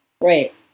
Right